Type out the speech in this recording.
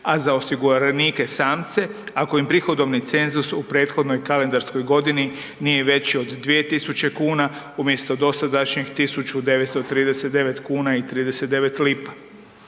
a za osiguranike samce, ako im prihodovni cenzus u prethodnoj kalendarskoj godini nije veći od 2000 kn umjesto dosadašnjih 1930,39 kn.